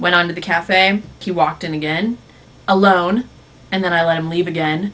went on to the cafe he walked in again alone and then i let him leave again